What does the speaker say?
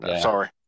sorry